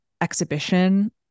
exhibition